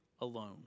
Alone